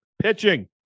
pitching